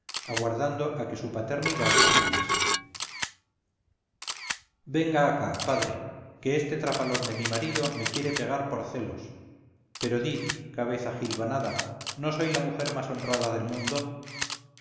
aguardando a que su paternidad subiese venga acá padre que este trapalón de mi marido me quiere pegar por celos pero di cabeza jilvanada no soy la mujer más honrada del mundo